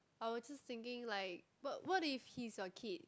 I was just thinking like what what if he's your kid